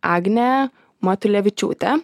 agne matulevičiūte